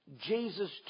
Jesus